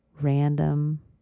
random